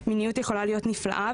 מיניות יכולה להיות נפלאה,